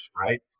right